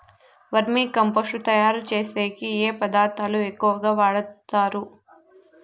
వర్మి compost తయారుచేసేకి ఏ పదార్థాలు ఎక్కువగా వాడుతారు